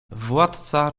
władca